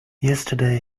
yesterday